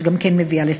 שגם כן מביאה לסוכרת.